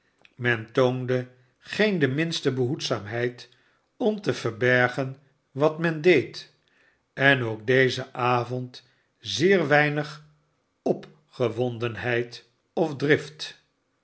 toonde geen de minste behoedzaamheid om te verbergen wat men deed en ook dezen avond zeer weinig opgewondenheid of drift